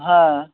হ্যাঁ